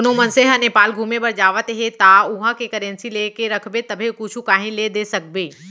कोनो मनसे ह नेपाल घुमे बर जावत हे ता उहाँ के करेंसी लेके रखबे तभे कुछु काहीं ले दे सकबे